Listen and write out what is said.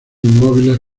inmóviles